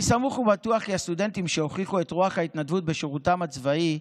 אני סמוך ובטוח כי הסטודנטים שהוכיחו את רוח ההתנדבות בשירותם הצבאי,